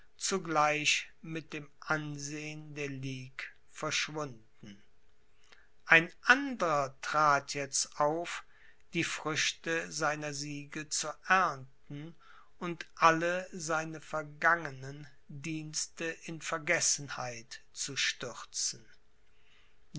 zugleich mit dem ansehen der ligue verschwunden ein anderer trat jetzt auf die früchte seiner siege zu ernten und alle seine vergangenen dienste in vergessenheit zu stürzen